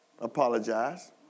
apologize